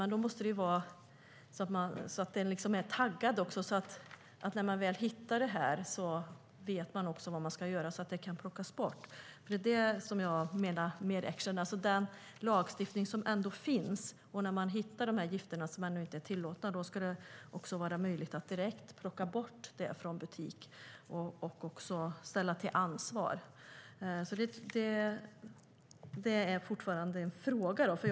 Men den måste vara "taggad" också; när man väl hittar något måste man veta vad man ska göra, så att det kan plockas bort. Det är det jag menar med action. När man hittar gifter som inte är tillåtna ska det vara möjligt att direkt plocka bort varan från butikerna och utkräva ansvar. Det är fortfarande något jag undrar över.